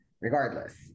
regardless